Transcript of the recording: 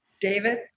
David